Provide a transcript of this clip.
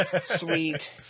Sweet